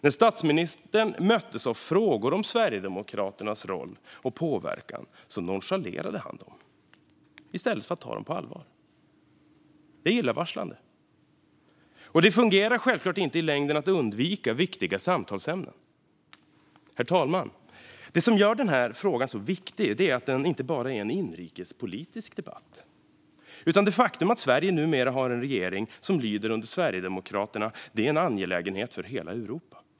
När statsministern möttes av frågor om Sverigedemokraternas roll och påverkan nonchalerade han dem i stället för att ta dem på allvar. Det är illavarslande. Det fungerar självklart inte i längden att undvika viktiga samtalsämnen. Herr talman! Det som gör frågan viktig är att det inte bara är en inrikespolitisk debatt. Det faktum att Sverige numera har en regering som lyder under Sverigedemokraterna är en angelägenhet för hela EU.